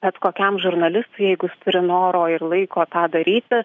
bet kokiam žurnalistui jeigu jis turi noro ir laiko tą daryti